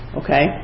okay